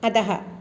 अधः